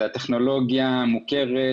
זאת הטכנולוגיה המוכרת,